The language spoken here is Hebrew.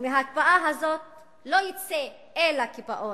מההקפאה הזאת לא יצא אלא קיפאון.